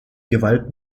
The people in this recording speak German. gewalt